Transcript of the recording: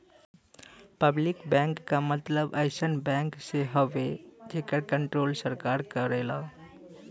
public bank क मतलब अइसन बैंक से हउवे जेकर कण्ट्रोल सरकार करेला